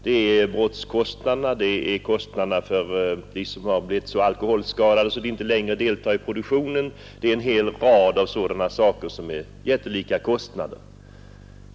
Det gäller t.ex. kostnader på grund av brottslighet och för alkoholskadade som inte längre deltar i produktionen. Det finns en hel rad av sådana poster som drar jättelika belopp.